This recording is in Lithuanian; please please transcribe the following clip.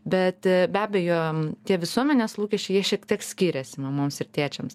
bet be abejo tie visuomenės lūkesčiai jie šiek tiek skiriasi mamoms ir tėčiams